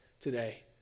today